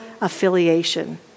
affiliation